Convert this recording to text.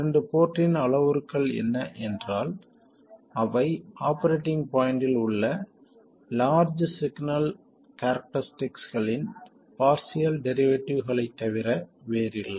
இரண்டு போர்ட்டின் அளவுருக்கள் என்ன என்றால் அவை ஆபரேட்டிங் பாய்ண்ட்டில் உள்ள லார்ஜ் சிக்னல் கேரக்டரஸ்டிகளின் பார்சியல் டெரிவேட்டிவ்களைத் தவிர வேறில்லை